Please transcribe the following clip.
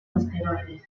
asteroides